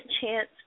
chance